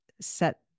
set